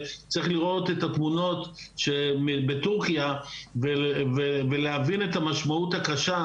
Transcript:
צריך לראות את התמונות בטורקיה ולהבין את המשמעות הקשה,